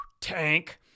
tank